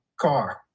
car